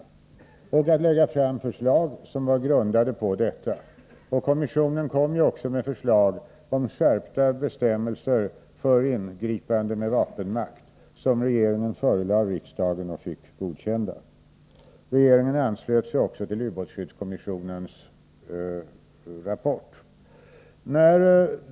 Kommissionen skulle lägga fram förslag som var grundade på denna granskning. Kommissionen kom också med förslag om skärpta bestämmelser för ingripande med vapenmakt, förslag som regeringen förelade riksdagen och som där godkändes. Regeringen har också anslutit sig till ubåtsskyddskommissionens rapport.